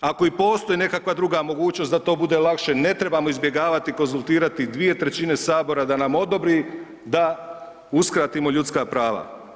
Ako i postoji nekakva druga mogućnost da to bude lakše, ne trebamo izbjegavati i konzultirati 2/3 sabora da nam odobri da uskratimo ljudska prava.